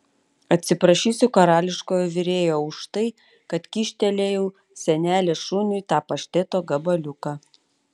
atsiprašysiu karališkojo virėjo už tai kad kyštelėjau senelės šuniui tą pašteto gabaliuką